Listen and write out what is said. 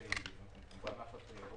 בפריפריה הן בענף התיירות.